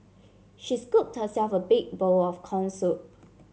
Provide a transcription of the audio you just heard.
she scooped herself a big bowl of corn soup